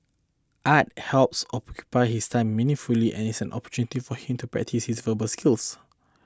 art helps occupy his time meaningfully and is an opportunity for him to practise his verbal skills